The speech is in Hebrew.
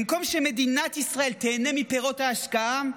במקום שמדינת ישראל תיהנה מפירות ההשקעה,